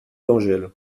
d’angèle